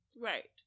Right